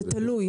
זה תלוי,